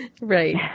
Right